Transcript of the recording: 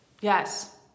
Yes